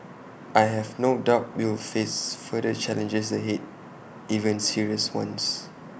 I have no doubt we will face further challenges ahead even serious ones